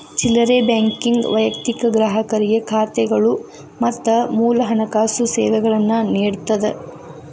ಚಿಲ್ಲರೆ ಬ್ಯಾಂಕಿಂಗ್ ವೈಯಕ್ತಿಕ ಗ್ರಾಹಕರಿಗೆ ಖಾತೆಗಳು ಮತ್ತ ಮೂಲ ಹಣಕಾಸು ಸೇವೆಗಳನ್ನ ನೇಡತ್ತದ